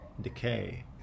decay